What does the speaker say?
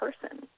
person